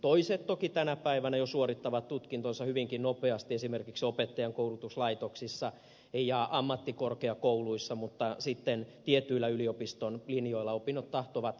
toiset toki tänä päivänä jo suorittavat tutkintonsa hyvinkin nopeasti esimerkiksi opettajankoulutuslaitoksissa ja ammattikorkeakouluissa mutta sitten tietyillä yliopiston linjoilla opinnot tahtovat venyä